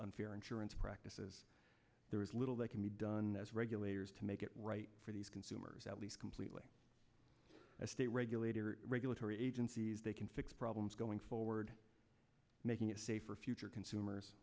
unfair insurance practices there is little that can be done as regulators to make it right for these consumers at least completely as state regulators regulatory agencies they can fix problems going forward making it safer future consumers